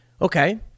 Okay